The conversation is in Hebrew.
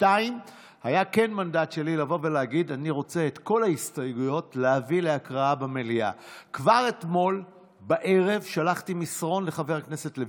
שהמשרד להגנת הסביבה העביר במסגרת סבב